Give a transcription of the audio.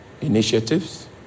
initiatives